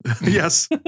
Yes